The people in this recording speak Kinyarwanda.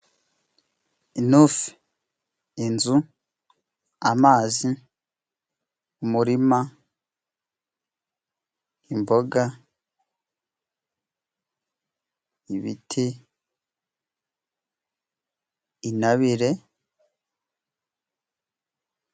Intufe, inzu, amazi, umurima, imboga, ibiti, intabire.